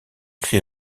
cris